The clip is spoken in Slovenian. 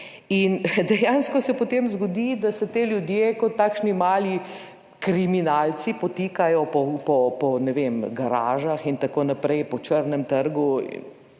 Dejansko se, potem zgodi, da se ti ljudje, kot takšni mali kriminalci potikajo po, ne vem, garažah in tako naprej, po črnem trgu,